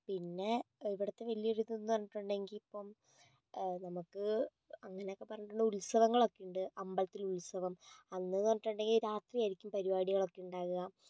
പിന്നെ ഇവിടുത്തെ വലിയൊരിതെന്നു പറഞ്ഞിട്ടുണ്ടെങ്കിൽ ഇപ്പോൾ നമുക്ക് അങ്ങനെയൊക്കെ പറഞ്ഞിട്ടുണ്ടെങ്കിൽ ഉത്സവങ്ങളൊക്കെയുണ്ട് അമ്പലത്തിൽ ഉത്സവം അന്ന് എന്നു പറഞ്ഞിട്ടുണ്ടെങ്കിൽ രാത്രിയിലായിരിക്കും പരിപാടികളൊക്കെ ഉണ്ടാകുക